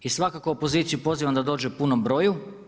I svakako opoziciju pozivam da dođe u punom broju.